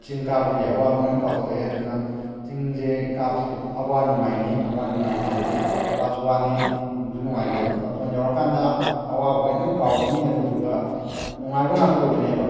ꯆꯤꯡ ꯀꯥꯕꯒꯤ ꯑꯋꯥꯕ ꯂꯣꯏ ꯀꯥꯎꯊꯣꯛꯑꯦ ꯑꯗꯨꯅ ꯆꯤꯡꯁꯦ ꯀꯥꯕꯁꯦ ꯑꯋꯥ ꯅꯨꯡꯉꯥꯏꯅꯦ ꯑꯋꯥ ꯅꯨꯡꯉꯥꯏꯅꯦ ꯍꯥꯏꯕꯗꯤ ꯋꯥꯁꯨ ꯋꯥꯅꯤ ꯅꯨꯡꯁꯨ ꯅꯨꯡꯉꯥꯏꯅꯦꯕ ꯃꯇꯣꯟ ꯌꯧꯔ ꯀꯥꯟꯗ ꯑꯋꯥꯕꯈꯩ ꯂꯣꯏꯅ ꯀꯥꯎꯈ꯭ꯔꯅꯤ ꯑꯗꯨꯗꯨꯒ ꯅꯨꯡꯉꯥꯏꯕ ꯉꯥꯛ ꯑꯣꯏꯒꯅꯦꯕ